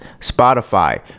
Spotify